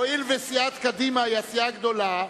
שימו לב, הואיל וסיעת קדימה היא הסיעה הגדולה,